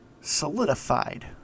solidified